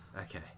Okay